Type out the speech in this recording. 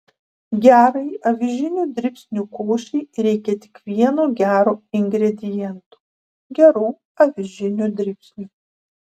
gerai avižinių dribsnių košei reikia tik vieno gero ingrediento gerų avižinių dribsnių